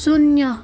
शून्य